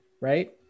right